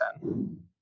ten